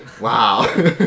Wow